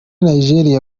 nijeriya